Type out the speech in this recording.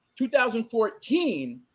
2014